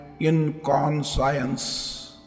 inconscience